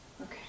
Okay